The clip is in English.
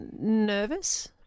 nervous